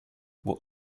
what